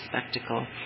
spectacle